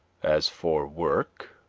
as for work,